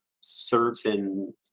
certain